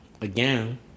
again